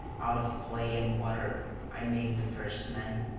out of clay and water i made the first men,